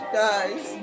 guys